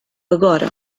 agora